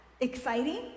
exciting